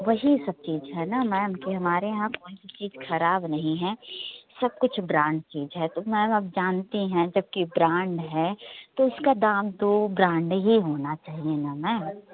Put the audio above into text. वही सब चीज है ना मैम कि हमारे यहाँ कोई भी चीज खराब नहीं है सब कुछ ब्रांड चीज है तो मैम आप जानती हैं सबकी ब्रांड है तो इसका दाम तो ब्रांड ही होना चाहिए ना मैम